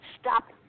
Stop